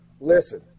Listen